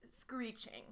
screeching